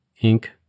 ink